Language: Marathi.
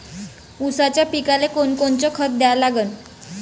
ऊसाच्या पिकाले कोनकोनचं खत द्या लागन?